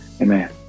Amen